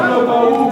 באו"ם,